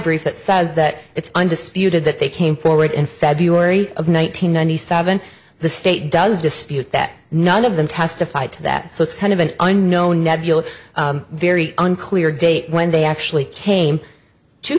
brief that says that it's undisputed that they came forward in february of one thousand nine hundred seven the state does dispute that none of them testified to that so it's kind of an unknown nebulous very unclear date when they actually came to